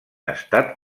estat